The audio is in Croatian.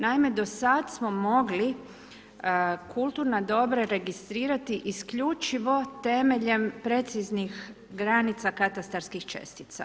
Naime, do sad smo mogli kulturna dobra registrirati isključivo temeljem preciznih granica katastarskih čestica.